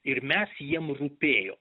ir mes jiem rūpėjo